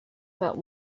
about